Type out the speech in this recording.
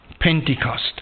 Pentecost